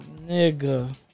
nigga